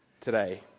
today